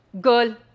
girl